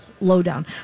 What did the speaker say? lowdown